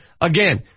Again